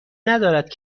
ندارد